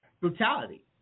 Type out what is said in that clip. brutality